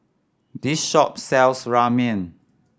this shop sells Ramen